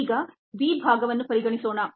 ಈಗ b ಭಾಗವನ್ನು ಪರಿಗಣಿಸೋಣ